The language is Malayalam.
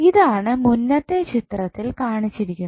ഇതാണ് മുന്നത്തെ ചിത്രത്തിൽ കാണിച്ചിരിക്കുന്നത്